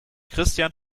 christian